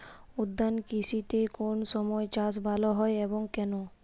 উদ্যান কৃষিতে কোন সময় চাষ ভালো হয় এবং কেনো?